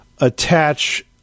attach